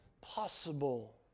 possible